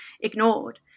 ignored